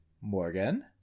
Morgan